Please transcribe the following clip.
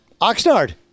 oxnard